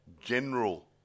general